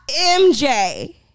MJ